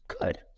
good